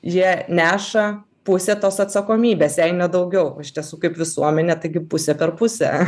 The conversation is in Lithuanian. jie neša pusę tos atsakomybės jei ne daugiau o iš tiesų kaip visuomenė taigi pusę per pusę